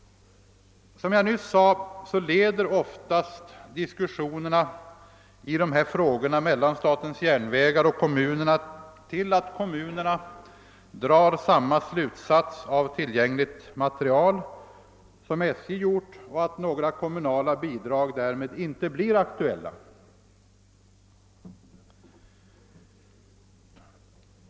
Oftast leder dock — som jag också nämnt — diskussionerna i dessa frågor mellan statens järnvägar och kommunerna till att dessa drar samma slutsats av tillgängligt material som SJ och att några kommunala bidrag därmed inte blir aktuella.